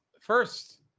First